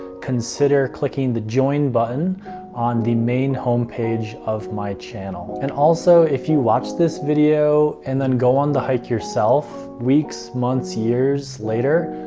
consider clicking the join button on the main home page of my channel. and also, if you watch this video, and then go on the hike yourself, weeks, months, years later,